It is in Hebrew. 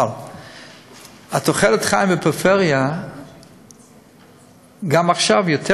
אבל תוחלת החיים בפריפריה גם עכשיו טובה יותר,